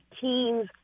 teens